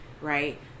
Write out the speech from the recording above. right